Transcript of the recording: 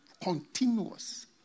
Continuous